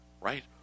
right